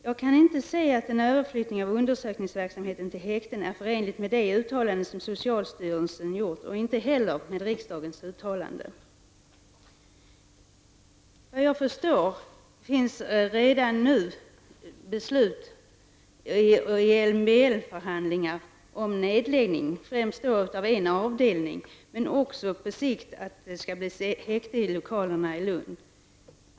Jag kan inte se att en överflyttning av undersökningsverksamheten till häkten är förenlig med de uttalanden som socialstyrelsen har gjort, och inte heller med riksdagens uttalanden. Enligt vad jag förstår finns redan nu beslut i MBL förhandlingar om nedläggning, främst då av en avdelning, men också om att det på sikt skall bli häkte i lokalerna i Lund.